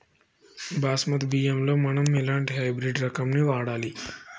బాస్మతి బియ్యంలో మనం ఎలాంటి హైబ్రిడ్ రకం ని వాడాలి?